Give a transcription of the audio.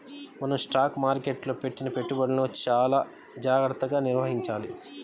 మనం స్టాక్ మార్కెట్టులో పెట్టిన పెట్టుబడులను చానా జాగర్తగా నిర్వహించాలి